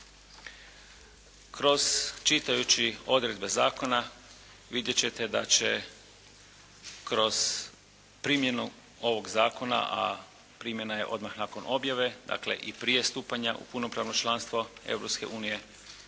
Kroz, čitajući odredbe zakona vidjet ćete da će kroz primjenu ovog zakona, a primjena je odmah nakon objave, dakle i prije stupanja u punopravno članstvo